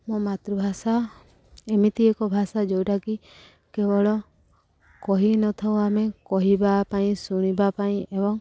ମୋ ମାତୃଭାଷା ଏମିତି ଏକ ଭାଷା ଯେଉଁଟାକି କେବଳ କହି ନଥାଉ ଆମେ କହିବା ପାଇଁ ଶୁଣିବା ପାଇଁ ଏବଂ